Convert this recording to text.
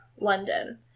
London